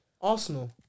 Arsenal